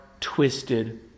twisted